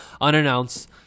unannounced